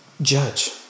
Judge